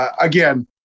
again